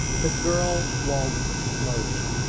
the girl walked slowly,